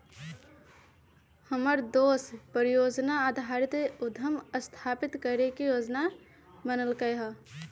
हमर दोस परिजोजना आधारित उद्यम स्थापित करे के जोजना बनलकै ह